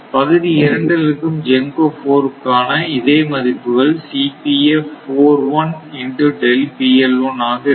பகுதி 2 இல் இருக்கும் GENCO 4 காண இதே மதிப்புகள் ஆக இருக்கும்